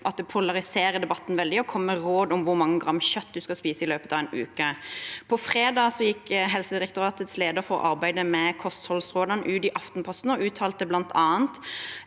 det polariserer debatten veldig å komme med råd om hvor mange gram kjøtt man skal spise i løpet av en uke. På fredag gikk Helsedirektoratets leder for arbeidet med kostholdsrådene ut i Aftenposten og uttalte bl.a.